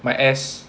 my ass